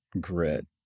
grit